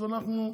אז אנחנו,